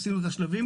עשינו את השלבים,